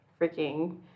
freaking